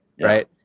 right